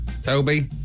Toby